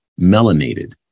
melanated